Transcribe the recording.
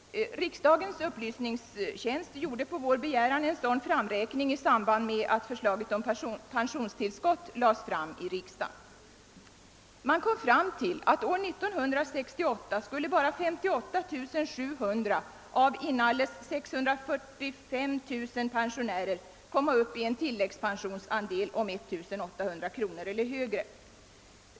Riksdagens upplysningstjänst gjorde på vår begäran en framräkning i samband med att förslaget om pensionstillskott presenterades i riksdagen. Man konstaterade att år 1968 skulle endast 58 700 av inalles 645 000 pensionärer uppnå en tilläggspensionsdel om 1 800 kr. eller högre.